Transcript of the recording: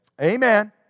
Amen